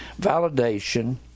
validation